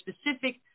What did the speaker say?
specific